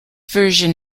version